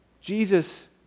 Jesus